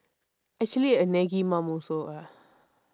actually a naggy mum also lah